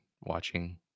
watching